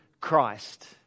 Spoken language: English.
Christ